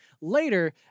Later